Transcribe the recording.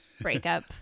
breakup